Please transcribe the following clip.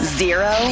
zero